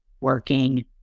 working